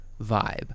vibe